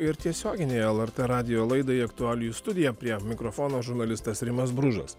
ir tiesioginėje lrt radijo laidai aktualijų studija prie mikrofono žurnalistas rimas bružas